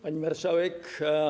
Pani Marszałek!